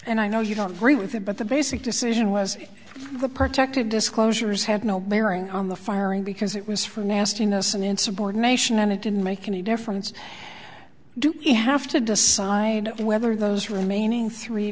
and i know you don't agree with it but the basic decision was the protective disclosures had no bearing on the firing because it was for nastiness and insubordination and it didn't make any difference do you have to decide whether those remaining three